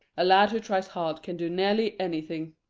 a lad who tries hard can do nearly anything.